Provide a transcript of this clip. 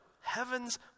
Heaven's